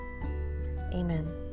Amen